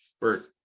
Bert